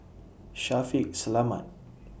Shaffiq Selamat